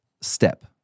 step